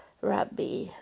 rabbi